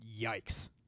Yikes